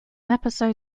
episode